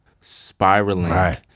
spiraling